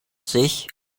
sich